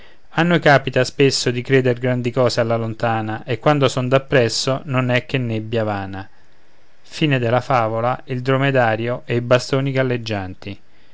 noi capita spesso di creder grandi cose alla lontana e quando son dappresso non è che nebbia vana